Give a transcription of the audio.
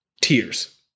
tears